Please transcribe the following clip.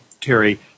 Terry